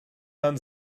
herrn